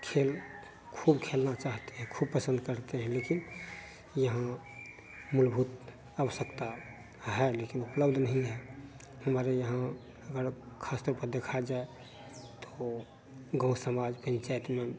खेल खूब खेलना चाहते हैं खूब पसन्द करते हैं लेकिन यहाँ मुलभूत आवश्यकता है लेकिन उपलब्ध नहीं है हमारे यहाँ अगर खासतौर पर देखा जाए तो गाँव समाज पन्चायत में